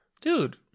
Dude